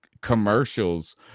commercials